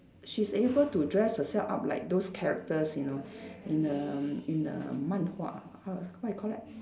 she's able to dress herself up like those characters you know in the in the 漫画 how what you call that